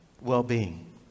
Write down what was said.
well-being